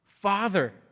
Father